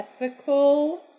ethical